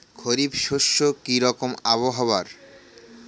খরিফ শস্যে কি রকম আবহাওয়ার?